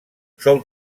sol